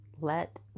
Let